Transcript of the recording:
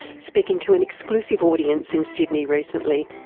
speaking to an exclusive audience in sydney recently.